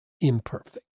imperfect